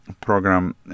program